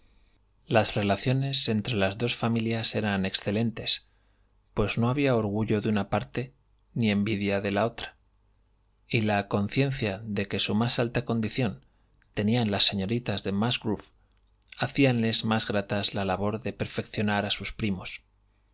las relaciones entre las dos familias eran excelentes pues no había orgullo de una parte ni envidia de la otra y la conciencia que de su más alta condición tenían las señoritas de musgrove hacíales más grata la labor de perfeccionar a sus primos